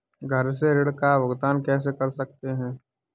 घर से ऋण का भुगतान कैसे कर सकते हैं?